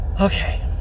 okay